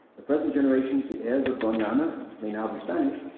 the present generation, the heirs of dona ah ana, may now be spanish,